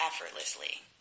effortlessly